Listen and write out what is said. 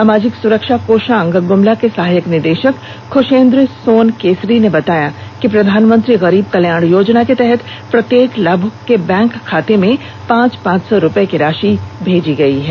सामाजिक सुरक्षा कोषांग गुमला के सहायक निदेशक खुशेंद्र सोन केसरी ने बताया कि प्रधानमंत्री गरीब कल्याण योजना के तहत प्रत्येक लाभुक के बैंक खाते में पांच पांच सौ रूपये की राशि भेजी गई है